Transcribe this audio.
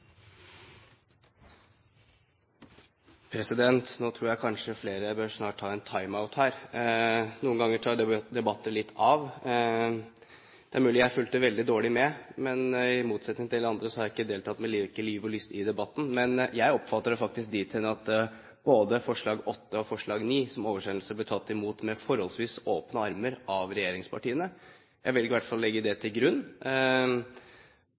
Nå tror jeg kanskje flere snart bør ta en time-out her. Noen ganger tar debatter litt av. Det er mulig jeg fulgte veldig dårlig med, men i motsetning til andre har jeg ikke deltatt med liv og lyst i debatten. Men jeg oppfatter det faktisk dit hen at både forslag nr. 8 og forslag nr. 9, som foreslås oversendt, blir tatt imot med forholdsvis åpne armer av regjeringspartiene. Jeg velger i hvert fall å legge det til grunn.